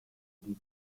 die